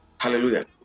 Hallelujah